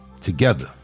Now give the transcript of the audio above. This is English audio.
together